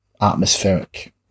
atmospheric